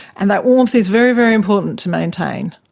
and that warmth is very, very important to maintain.